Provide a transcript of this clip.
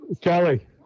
Kelly